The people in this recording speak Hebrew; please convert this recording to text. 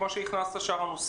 כמו שהכנסת את שאר הנושאים,